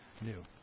new